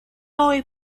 hoy